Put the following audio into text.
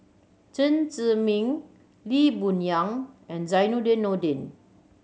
Chen Zhiming Lee Boon Yang and Zainudin Nordin